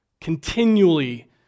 continually